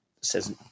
says